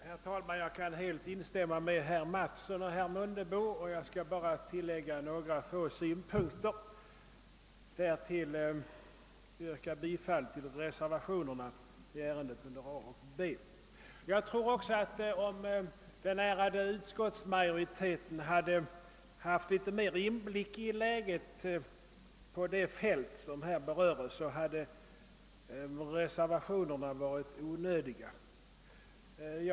Herr talman! Jag kan helt instämma med herr Mattsson och herr Mundebo, och jag skall bara tillägga några få synpunkter och yrka bifall till reservationerna i ärendet under a) och b). Jag tror också att om den ärade utskottsmajoriteten hade haft litet mera inblick i läget på det fält som här berörs hade reservationerna varit onödiga.